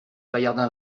paillardin